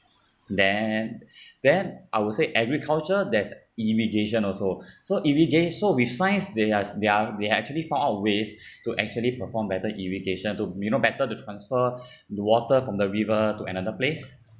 then then I will say agriculture there's irrigation also so irriga~ so with science they are they are they have actually found out ways to actually perform better irrigation to you know better the transfer the water from the river to another place